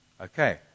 Okay